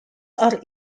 are